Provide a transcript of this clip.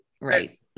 right